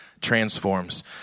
transforms